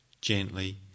gently